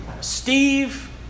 Steve